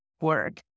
work